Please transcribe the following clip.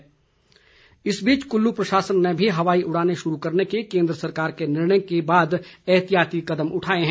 तैयारी इस बीच कुल्लू प्रशासन ने भी हवाई उड़ानें शुरू करने के केन्द्र सरकार के निर्णय के बाद एहतियाती कदम उठाए हैं